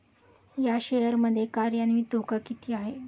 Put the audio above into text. या शेअर मध्ये कार्यान्वित धोका किती आहे?